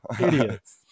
Idiots